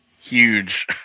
huge